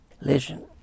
Listen